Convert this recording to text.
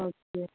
okay